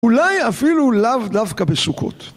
אולי אפילו לאו דווקא בסוכות.